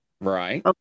Right